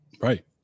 Right